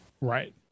Right